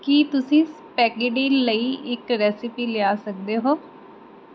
ਕੀ ਤੁਸੀਂ ਸਪੈਗੇਟੀ ਲਈ ਇੱਕ ਰੈਸਿਪੀ ਲਿਆ ਸਕਦੇ ਹੋ